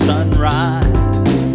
Sunrise